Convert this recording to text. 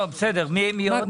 טוב, בסדר, מי עוד?